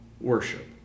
worship